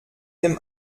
dem